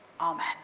Amen